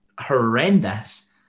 horrendous